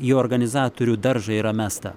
į organizatorių daržą yra mesta